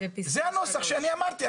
זה הנוסח שאני אמרתי.